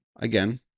Again